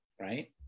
right